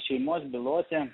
šeimos bylose